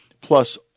Plus